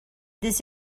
this